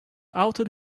outed